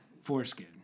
Foreskin